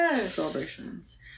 celebrations